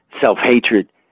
self-hatred